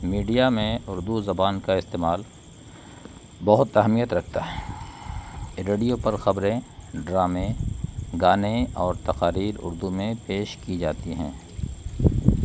media میں اردو زبان کا استعمال بہت اہمیت رکھتا ہے ریڈیو پر خبریں ڈرامے گانے اور تقارییر اردو میں پیش کی جاتی ہیں